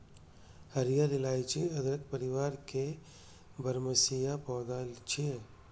हरियर इलाइची अदरक परिवार के बरमसिया पौधा छियै